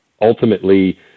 ultimately